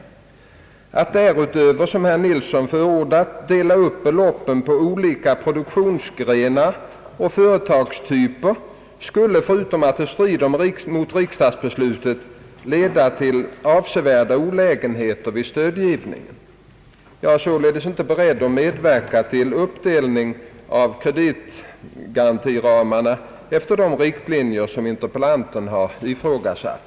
Att därutöver, som herr Nilsson förordat, dela upp beloppen på olika produktionsgrenar och företagstyper skulle — förutom att det strider mot riksdagsbeslutet — leda till avsevärda olägenheter vid stödgivningen. Jag är således inte beredd medverka till uppdelningen av kreditgarantiramarna efter de riktlinjer som interpellanten ifrågasatt.